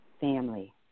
family